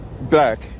black